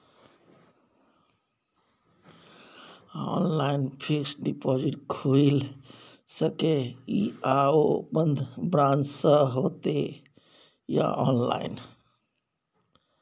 Online fixed deposit खुईल सके इ आ ओ बन्द ब्रांच स होतै या ऑनलाइन?